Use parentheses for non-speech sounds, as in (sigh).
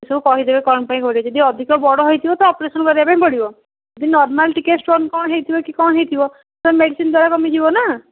ସବୁ କହିଦେବେ କ'ଣ ପାଇଁ (unintelligible) ଯଦି ଅଧିକ ବଡ଼ ହେଇଥିବ ତ ଅପରେସନ୍ କରିବା ପାଇଁ ପଡ଼ିବ ଯଦି ନର୍ମାଲ୍ ଟିକିଏ ଷ୍ଟୋନ୍ କ'ଣ ହେଇଥିବ କି କ'ଣ ଟିକିଏ ହେଇଥିବ ସେ ମେଡ଼ିସିନ୍ ଦ୍ଵାରା କମିଯିବ ନା